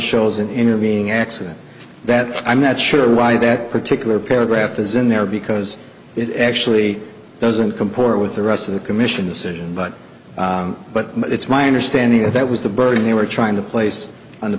shows an intervening accident that i'm not sure why that particular paragraph is in there because it actually doesn't comport with the rest of the commission decision but but it's my understanding that that was the burden they were trying to place on the